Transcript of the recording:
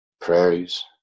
prairies